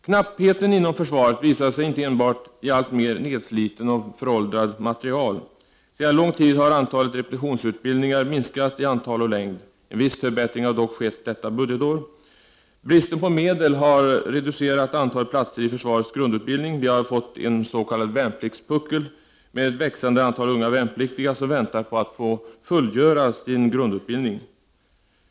Knappheten inom försvaret visar sig inte enbart i alltmer nedsliten och för åldrad materiel. Sedan lång tid har antalet repetitionsutbildningar minskat = Prot. 1989/90:46 både i antal och längd. En viss förbättring har dock skett detta budgetår. 14 december 1989 Bristen på medel har reducerat antalet platser i försvarets grundutbildning. Vi har fått en s.k. värnpliktspuckel med ett växande antal unga värnpliktiga Arméns utveckling som väntar på att få fullgöra sin grundutbildning.